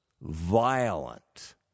violent